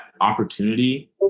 opportunity